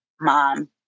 mom